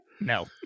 No